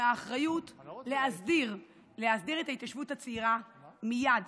מהאחריות להסדיר את ההתיישבות הצעירה מייד